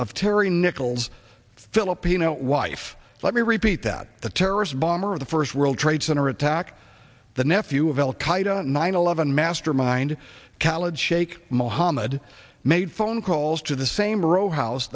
of terry nichols filipino wife let me repeat that the terrorist bomber of the first world trade center attack the nephew of al qaeda nine eleven mastermind khalid shaikh mohammed made phone calls to the same row house